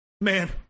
Man